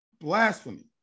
blasphemy